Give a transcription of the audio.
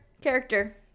character